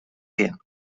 bien